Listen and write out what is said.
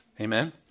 Amen